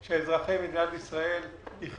כולנו ברשימה המשותפת הבאנו נתונים לגבי